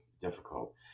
difficult